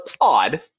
odd